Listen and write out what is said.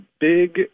big